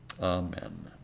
Amen